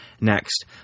next